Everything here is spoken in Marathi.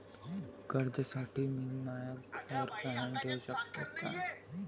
कर्जसाठी मी म्हाय घर गहान ठेवू सकतो का